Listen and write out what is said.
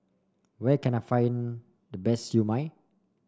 where can I find the best Siew Mai